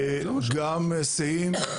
גם היסעים.